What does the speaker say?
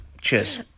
Cheers